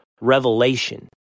revelation